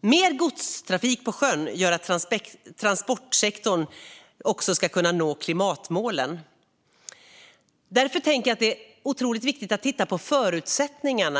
Mer godstrafik på sjön gör att transportsektorn också ska kunna nå klimatmålen. Därför är det otroligt viktigt att titta på förutsättningarna.